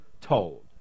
told